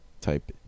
type